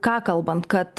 ką kalbant kad